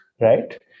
right